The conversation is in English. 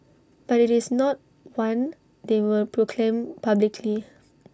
but IT is not one they will proclaim publicly